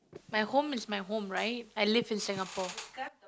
my home is my home right I live in Singapore